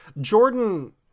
Jordan